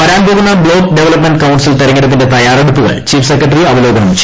വരാൻ പോകുന്ന block development council തിരഞ്ഞെടുപ്പിന്റെ തയ്യാറെടുപ്പുകൾ ചീഫ് സെക്രട്ടറി അവലോകനം ചെയ്തു